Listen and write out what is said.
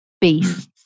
beasts